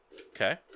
Okay